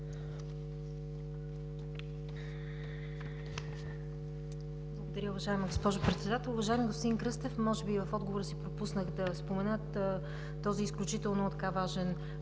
Благодаря, уважаема госпожо Председател. Уважаеми господин Кръстев, може би в отговора си пропуснах да спомена този изключително важен